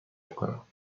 کنم